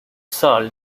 salt